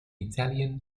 italian